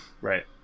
Right